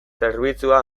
zerbitzua